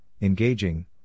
Engaging